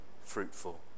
fruitful